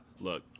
look